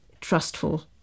trustful